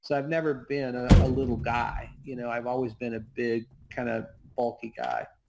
so i've never been ah a little guy. you know, i've always been a big kind of bulky guy,